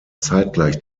zeitgleich